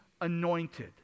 anointed